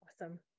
Awesome